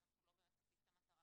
אז אנחנו לא באמת נשיג את המטרה.